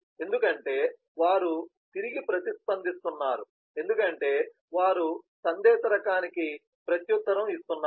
ఎందుకంటే వారు తిరిగి ప్రతిస్పందిస్తున్నారు ఎందుకంటే వారు సందేశ రకానికి ప్రత్యుత్తరం ఇస్తున్నారు